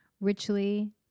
Richly